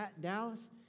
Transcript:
Dallas